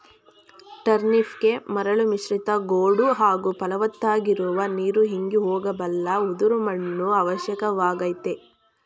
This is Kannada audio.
ಟರ್ನಿಪ್ಗೆ ಮರಳು ಮಿಶ್ರಿತ ಗೋಡು ಹಾಗೂ ಫಲವತ್ತಾಗಿರುವ ನೀರು ಇಂಗಿ ಹೋಗಬಲ್ಲ ಉದುರು ಮಣ್ಣು ಅವಶ್ಯಕವಾಗಯ್ತೆ